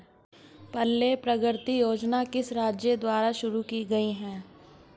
पल्ले प्रगति योजना किस राज्य द्वारा शुरू की गई है?